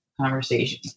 conversation